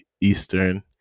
Eastern